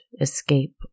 escape